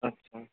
আচ্ছা